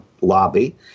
lobby